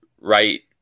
right